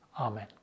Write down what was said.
Amen